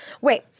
Wait